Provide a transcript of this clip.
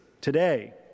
today